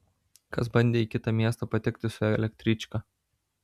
kas bandė į kitą miestą patekti su elektryčka